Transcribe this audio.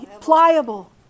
pliable